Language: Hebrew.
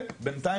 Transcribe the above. ובינתיים,